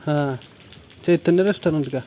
हां चैतन्य रेस्टॉरंट का